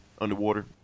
underwater